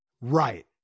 right